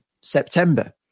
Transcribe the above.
September